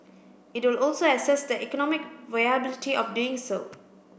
it will also assess the economic viability of doing so